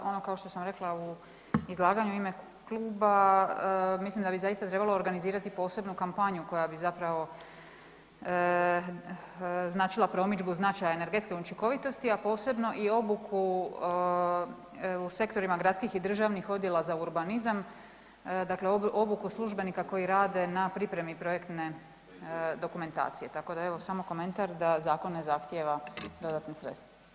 Ono kao što sam rekla u izlaganju u ime kluba mislim da bi zaista trebalo organizirati posebnu kampanju koja bi zapravo značila promidžbu značaj energetske učinkovitosti, a posebno i obuku u sektorima gradskim i državnim odjelima za urbanizam, dakle obuku službenika koji rade na pripremi projekte dokumentacije, tako da evo samo komentar da zakon ne zahtijeva dodatna sredstva.